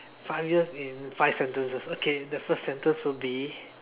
five years in five sentences okay the first sentence would be